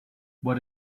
what